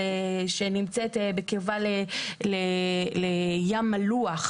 כשמדובר בתמ"א 38 היום,